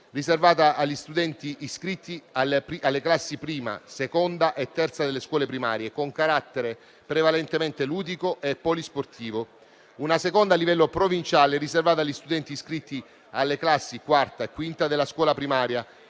riservata agli studenti iscritti alle classi prima, seconda e terza delle scuole primarie, con carattere prevalentemente ludico e polisportivo, e una seconda a livello provinciale, riservata agli studenti iscritti alle classi quarta e quinta della scuola primaria,